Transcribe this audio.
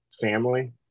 family